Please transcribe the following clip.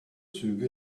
züge